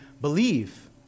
believe